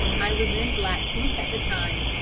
i was in blackheath at the time,